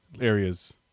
areas